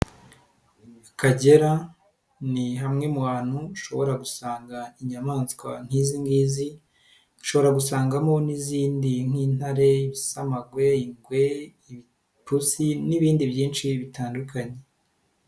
Akagera ni hamwe mu hantu ushobora gusanga inyamaswa nk'izingizi, ushobora gusangamo n'izindi nk'intare, ibisamagwe, ingwe, ibipusi n'ibindi byinshi bitandukanye.